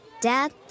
Dad